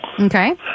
Okay